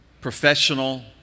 professional